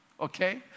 okay